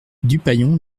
dupaillon